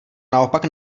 naopak